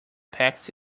packed